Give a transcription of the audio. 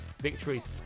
victories